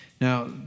Now